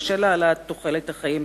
בשל העלאת תוחלת החיים.